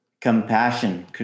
compassion